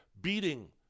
beating